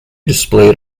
displayed